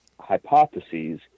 hypotheses